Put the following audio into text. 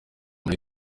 muri